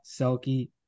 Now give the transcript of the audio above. selkie